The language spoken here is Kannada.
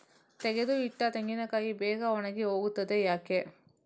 ತೆಗೆದು ಇಟ್ಟ ತೆಂಗಿನಕಾಯಿ ಬೇಗ ಒಣಗಿ ಹೋಗುತ್ತದೆ ಯಾಕೆ?